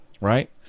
right